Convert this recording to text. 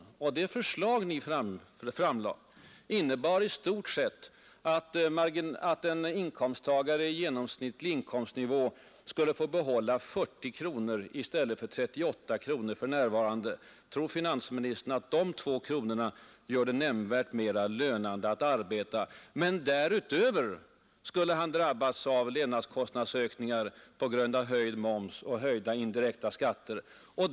Det förslag ni framlade i vårriksdagens elfte timme innebar i stort sett att en inkomsttagare i genomsnittlig inkomstnivå skulle få behålla 40 kronor av varje ny 100-lapp i stället för 38 kronor som för närvarande. Tror finansministern att de två kronorna gör det nämnvärt mera lönande att arbeta? Därutöver skulle han drabbas av levnadskostnadsökningar på grund av höjd moms och andra höjda indirekta skatter.